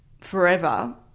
forever